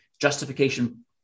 justification